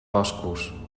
boscos